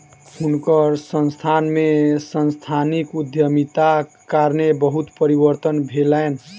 हुनकर संस्थान में सांस्थानिक उद्यमिताक कारणेँ बहुत परिवर्तन भेलैन